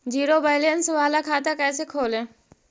Zero balance बाला खाता कैसे खोले?